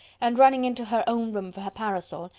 and running into her own room for her parasol,